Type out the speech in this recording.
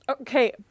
Okay